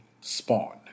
Spawn